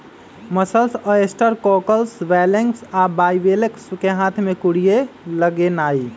mussels, oysters, cockles, clams आ bivalves कें हाथ से कूरिया लगेनाइ